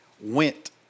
went